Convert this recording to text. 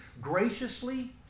graciously